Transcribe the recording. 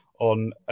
On